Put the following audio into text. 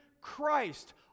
Christ